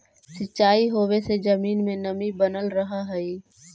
सिंचाई होवे से जमीन में नमी बनल रहऽ हइ